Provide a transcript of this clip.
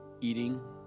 eating